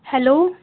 hello